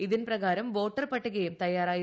ഇതിൻപ്രകാരം വോട്ടർപട്ടികയും തയ്യാറായിരുന്നു